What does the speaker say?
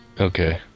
Okay